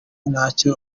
ntacyo